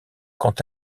quant